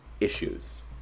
issues